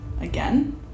again